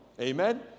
Amen